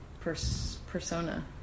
Persona